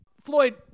Floyd